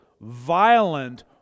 violent